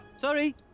Sorry